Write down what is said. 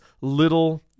little